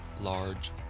large